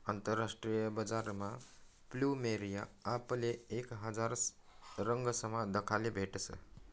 आंतरराष्ट्रीय बजारमा फ्लुमेरिया आपले एक हजार रंगसमा दखाले भेटस